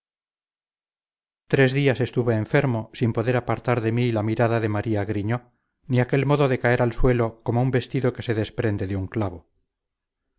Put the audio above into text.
tres días estuve enfermo sin poder apartar de mí la mirada de maría griñó ni aquel modo de caer al suelo como un vestido que se desprende de un clavo